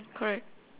correct